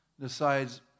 decides